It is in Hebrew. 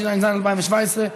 התשע"ז 2017,